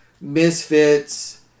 misfits